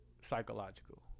psychological